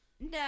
No